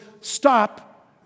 stop